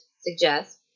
suggest